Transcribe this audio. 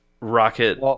Rocket